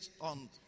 on